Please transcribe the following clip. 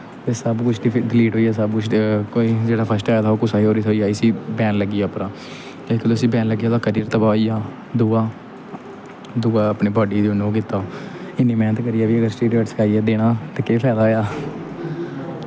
ते सब कुछ डलीट होई गेआ सब कुछ कोई जेह्ड़ा फस्ट आए दा हा ओह् कुसै गी होर थ्होई गेआ इसी बैन लग्गी गेआ उप्परा ते इक ते उसी बैन लग्गेआ ओह्दा कैरियर तबाह् होई गेआ दूआ दूआ अपने बॉड्डी गी उन्नै ओह् कीता इन्नी मैह्नत करियै बी अगर सटिरियड़स खाइयै देना ते केह् फैदा होएआ